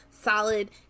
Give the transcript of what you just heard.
solid